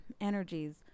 energies